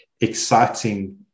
exciting